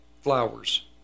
flowers